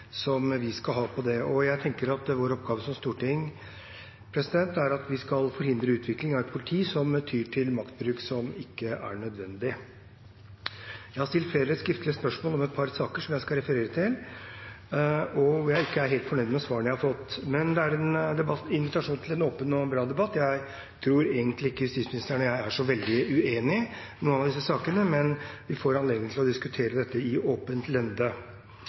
som storting er at vi skal forhindre utvikling av et politi som tyr til maktbruk som ikke er nødvendig. Jeg har stilt flere skriftlige spørsmål om et par saker som jeg skal referere til, og der jeg ikke er helt fornøyd med svarene jeg har fått. Det er en invitasjon til en åpen og bra debatt. Jeg tror egentlig ikke justisministeren og jeg er så veldig uenige i noen av disse sakene, men vi får nå anledning til å diskutere dette i åpent lende.